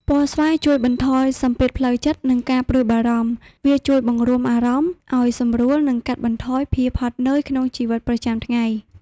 ពណ៌ស្វាយជួយបន្ថយសម្ពាធផ្លូវចិត្ត និងការព្រួយបារម្ភ។ វាជួយបង្រួមអារម្មណ៍ឲ្យសម្រួល និងកាត់បន្ថយភាពហត់នឿយក្នុងជីវិតប្រចាំថ្ងៃ។